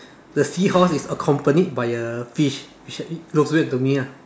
the seahorse is accompanied by a fish which uh looks weird to me lah